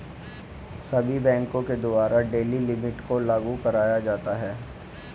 सभी बैंकों के द्वारा डेली लिमिट को लागू कराया जाता है